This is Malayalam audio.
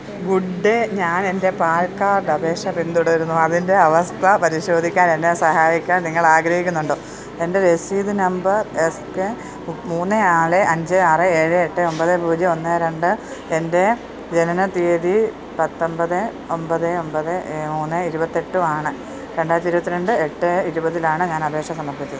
ഗുഡ് ഡേ ഞാൻ എൻ്റെ പാൻ കാഡ് അപേക്ഷ പിന്തുടരുന്നു അതിൻ്റെ അവസ്ഥ പരിശോധിക്കാൻ എന്നെ സഹായിക്കാൻ നിങ്ങൾ ആഗ്രഹിക്കുന്നുണ്ടോ എൻ്റെ രെസീത് നമ്പർ എസ് കെ മൂന്ന് നാല് അഞ്ച് ആറ് ഏഴ് എട്ട് ഒൻപത് പൂജ്യം ഒന്ന് രണ്ട് എൻ്റെ ജനനത്തീയതി പത്തൊൻപത് ഒൻപത് ഒൻപത് മൂന്ന് ഇരുപത്തെട്ടും ആണ് രണ്ടായിരത്തി ഇരുപത്തി രണ്ട് എട്ട് ഇരുപതിലാണ് ഞാൻ അപേക്ഷ സമർപ്പിച്ചത്